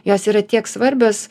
jos yra tiek svarbios